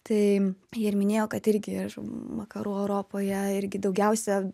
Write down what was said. tai ji ir minėjo kad irgi ir vakarų europoje irgi daugiausia